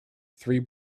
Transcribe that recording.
three